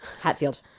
Hatfield